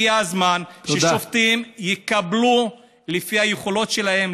הגיע הזמן ששופטים יתקבלו לפי היכולות שלהם,